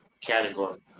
category